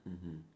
mmhmm